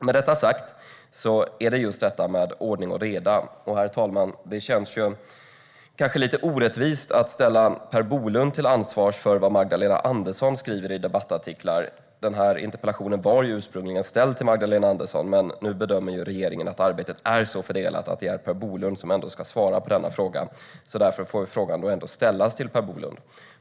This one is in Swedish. Med detta sagt handlar det just om detta med ordning och reda. Och, herr talman, det känns kanske lite orättvist att ställa Per Bolund till ansvar för vad Magdalena Andersson skriver i debattartiklar. Den här interpellationen ställdes ursprungligen till Magdalena Andersson. Men regeringen bedömde att regeringen är så fördelat att det är Per Bolund som ändå som ska svara på denna interpellation. Därför får jag ställa denna fråga till Per Bolund.